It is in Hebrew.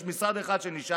יש משרד אחד שנשאר,